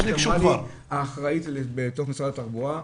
גם אמרה לי האחראית בתוך משרד התחבורה,